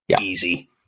easy